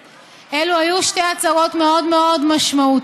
אלו היו שתי הצהרות מאוד מאוד משמעותיות,